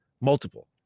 multiple